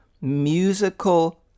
musical